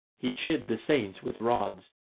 he chid the saints with rods,